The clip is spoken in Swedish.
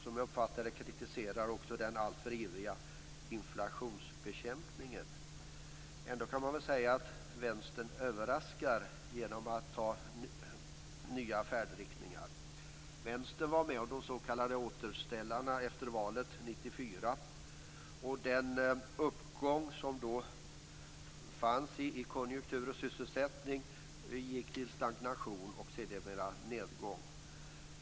Som jag uppfattade det var han kritisk mot den eviga inflationsbekämpningen. Ändå överraskar Vänstern genom att förorda nya färdriktningar. Vänstern var med om de s.k. återställarna efter valet 1994. Den uppgång som då fanns i konjunktur och sysselsättning övergick i stagnation och sedermera i nedgång.